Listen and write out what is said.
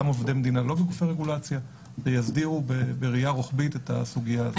על עובדי מדינה לא בגופי רגולציה ויסדירו בראייה רוחבית את הסוגיה הזאת.